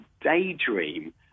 daydream